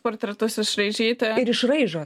portretus išraižyti ir išraižo